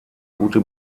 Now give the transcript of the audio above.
gute